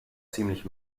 ziemlich